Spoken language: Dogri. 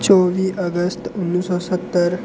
चौह्बी अगस्त उन्नी सौ स्हत्तर